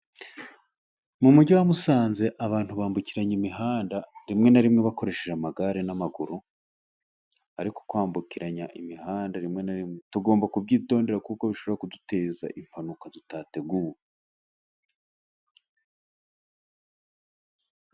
Mu mujyi wa Musanze abantu bambukiranya imihanda rimwe na rimwe bakoresheje amagare n'amaguru, ariko kwambukiranya imihanda rimwe na rimwe tugomba kubyitondera kuko bishobora kuduteza impanuka tutateguye.